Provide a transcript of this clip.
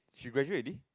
she graduate already